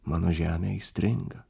mano žemė aistringa